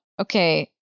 okay